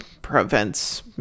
prevents